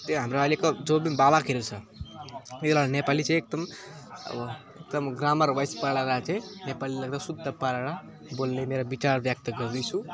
त्यो हाम्रो अहिलेको जो पनि बालकहरू छ यिनीहरूलाई नेपाली चाहिँ एकदम अब एकदम ग्रामारवाइज पढाएर चाहिँ नेपालीलाई एकदम शुद्ध पारेर बोल्ने मेरो विचार व्यक्त गर्दैछु